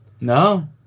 No